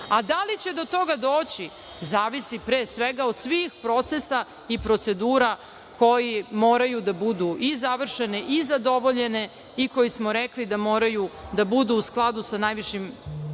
li će do toga doći, zavisi pre svega od svih procesa i procedura koji moraju da budu i završene i zadovoljene i koje smo rekli da moraju da budu u skladu sa najvišim